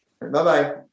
Bye-bye